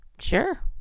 Sure